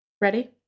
Ready